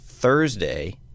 Thursday